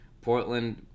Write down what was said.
Portland